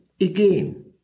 again